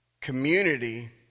Community